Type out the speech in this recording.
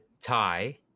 tie